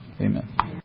Amen